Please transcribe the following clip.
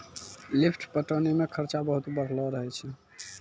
lift पटौनी मे खरचा बहुत बढ़लो रहै छै